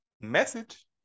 Message